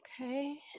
Okay